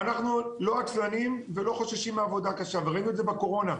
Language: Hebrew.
אנחנו לא עצלנים ולא חוששים מעבודה קשה וראינו את זה בקורונה.